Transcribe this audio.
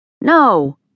No